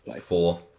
four